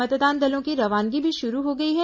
मतदान दलों की रवानगी भी शुरू हो गई है